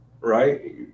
right